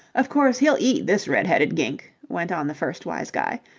of course he'll eat this red-headed gink, went on the first wise guy.